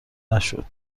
نشد